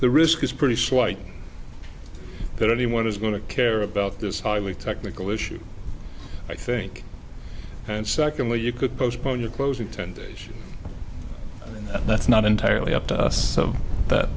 the risk is pretty slight that anyone is going to care about this highly technical issue i think and secondly you could postpone your closing ten days that's not entirely up to us so that